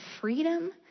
freedom